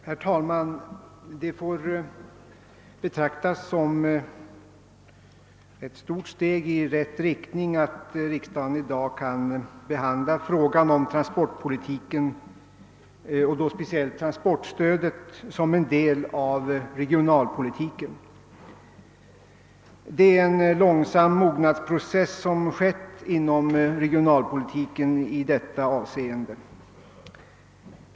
Herr talman! Det får betraktas som ett stort steg i rätt riktning när riksdagen i dag kan behandla frågan om transportpolitiken och då speciellt transportstödet som en del av regionalpolitiken. Det är en långsam mognadsprocess som skett inom regionalpolitiken i detta avseende.